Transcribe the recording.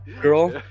girl